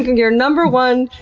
your number one,